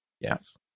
Yes